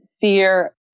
fear